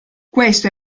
questo